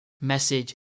message